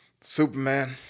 Superman